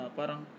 parang